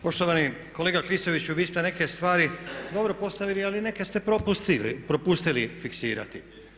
Poštovani kolega Klisoviću vi ste neke stvari dobro postavili ali neke ste propustili fiksirati.